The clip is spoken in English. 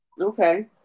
Okay